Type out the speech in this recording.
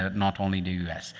ah not only the u s.